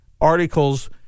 articles